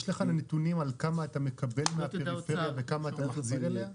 יש לך נתונים כמה אתה מקבל מהפריפריה וכמה אתה מחזיר לפריפריה?